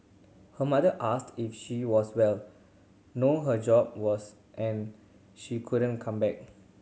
her mother asked if she was well know her job was and she couldn't come back